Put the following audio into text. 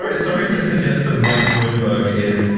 um sorry to suggest that mike bloomberg is